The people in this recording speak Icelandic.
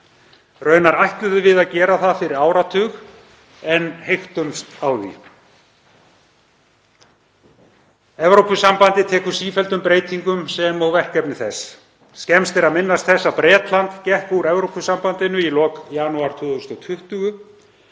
Raunar ætluðum við að gera það fyrir áratug en heyktumst á því. Evrópusambandið tekur sífelldum breytingum sem og verkefni þess. Skemmst er að minnast þess að Bretland gekk úr Evrópusambandinu í lok janúar 2020.